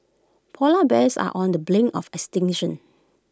Polar Bears are on the brink of extinction